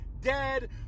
Dead